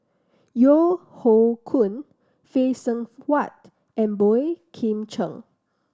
Yeo Hoe Koon Phay Seng Whatt and Boey Kim Cheng